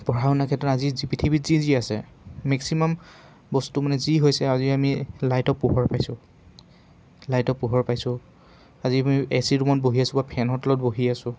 পঢ়া শুনা ক্ষেত্ৰত আজি যি পৃথিৱীত যি যি আছে মেক্সিমাম বস্তু মানে যি হৈছে আজি আমি লাইটৰ পোহৰ পাইছোঁ লাইটৰ পোহৰ পাইছোঁ আজি আমি এ চি ৰুমত বহি আছোঁ বা ফেনৰ তলত বহি আছোঁ